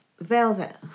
velvet